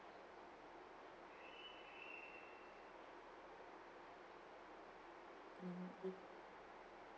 mm